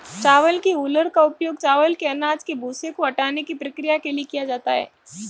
चावल की हूलर का उपयोग चावल के अनाज के भूसे को हटाने की प्रक्रिया के लिए किया जाता है